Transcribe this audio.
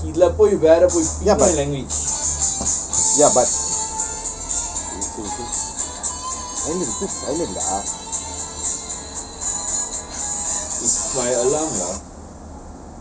ya but ya but